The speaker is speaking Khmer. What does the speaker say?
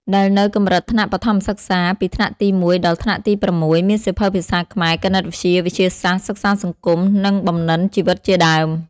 ដែលនៅកំរិតថ្នាក់បឋមសិក្សា ពីថ្នាក់ទី១ ដល់ថ្នាក់ទី៦ មានសៀវភៅភាសាខ្មែរ គណិតវិទ្យា វិទ្យាសាស្ត្រ សិក្សាសង្គម និងបំណិនជីវិតជាដើម។